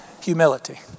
humility